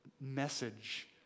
message